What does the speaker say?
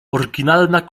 oryginalna